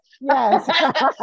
yes